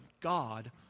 God